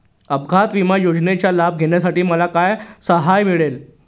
अपघात विमा योजनेचा लाभ घेण्यासाठी मला काय सहाय्य मिळेल?